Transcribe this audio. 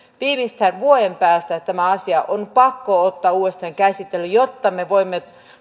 viimeistään vuoden päästä tämä asia on pakko ottaa uudestaan käsittelyyn jotta me voimme